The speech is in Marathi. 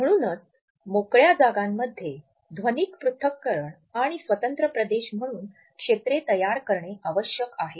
म्हणूनच मोकळ्या जागांमध्ये ध्वनिक पृथक्करण आणि स्वतंत्र प्रदेश म्हणून क्षेत्रे तयार करणे आवश्यक आहे